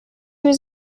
was